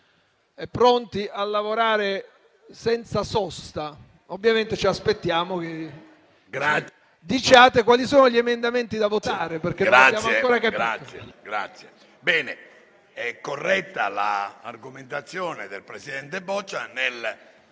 pronti a lavorare senza sosta, ma ovviamente ci aspettiamo che diciate quali sono gli emendamenti da votare, perché